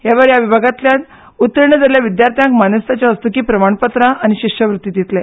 ह्या वेळार ह्या विभागांतल्यान उत्तीर्ण जाल्ल्या विद्यार्थ्यांक मानेस्तांचे हस्तुकीं प्रमाणपत्रां आनी शिश्यवृत्ती दितले